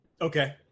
Okay